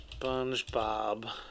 SpongeBob